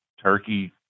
turkey